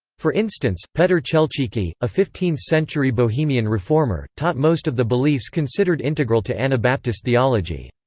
for instance, petr chelcicky, a fifteenth century bohemian reformer, taught most of the beliefs considered integral to anabaptist theology.